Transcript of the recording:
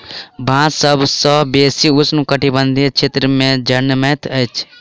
बांस सभ सॅ बेसी उष्ण कटिबंधीय क्षेत्र में जनमैत अछि